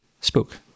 Spook